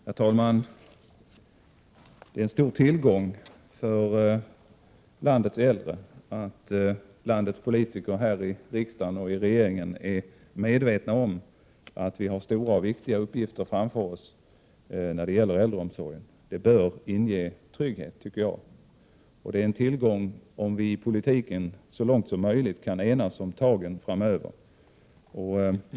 Herr talman! Det är en stor tillgång för landets äldre att landets politiker här i riksdagen och i regeringen är medvetna om att vi har stora och viktiga uppgifter framför oss när det gäller äldreomsorgen. Det bör inge trygghet, tycker jag. Det är en tillgång om vi i politiken så långt som möjligt kan enas om tagen framöver.